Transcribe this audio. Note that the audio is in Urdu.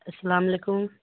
السلام علیکم